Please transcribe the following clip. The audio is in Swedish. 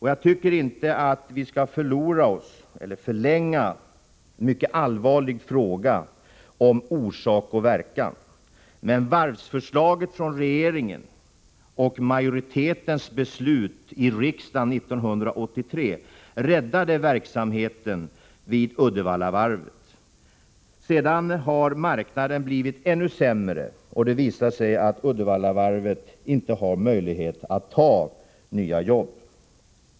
Jag tycker dock att vi inte skall förlänga debatten med frågan om orsak och verkan. Regeringens varvsförslag och majoritetens beslut i riksdagen 1983 räddade verksamheten vid Uddevallavarvet. Sedan dess har marknaden blivit ännu sämre. Det har visat sig att Uddevallavarvet inte har möjlighet att ta hem nya order.